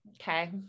Okay